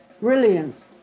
brilliant